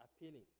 appealing